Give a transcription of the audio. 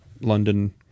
London